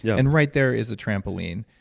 yeah and right there is a trampoline.